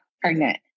pregnant